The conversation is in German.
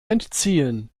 entziehen